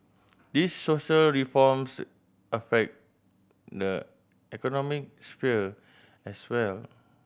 these social reforms affect the economic sphere as well